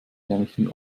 nämlich